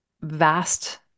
vast